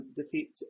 defeat